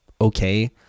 okay